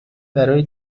برای